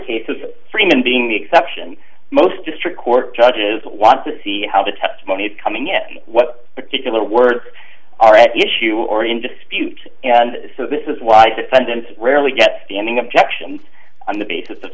of freeman being the exception most district court judges want to see how the testimony is coming in what particular words are at issue or in dispute and so this is why defendants rarely get standing objections on the basis of